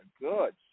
good